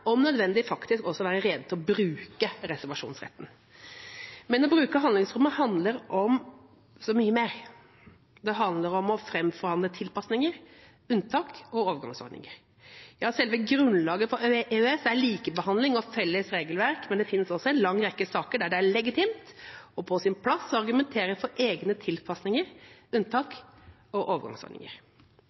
om nødvendig, faktisk også være rede til å bruke reservasjonsretten. Men å bruke handlingsrommet handler om så mye mer. Det handler om å framforhandle tilpasninger, unntak og overgangsordninger. Ja, selve grunnlaget for EØS er likebehandling og felles regelverk. Men det finnes også en lang rekke saker der det er legitimt og på sin plass å argumentere for egne tilpasninger, unntak og overgangsordninger.